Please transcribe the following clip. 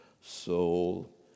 soul